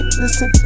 listen